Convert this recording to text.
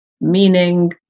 Meaning